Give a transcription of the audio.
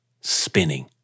spinning